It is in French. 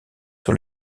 sur